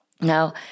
Now